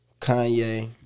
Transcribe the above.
kanye